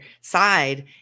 side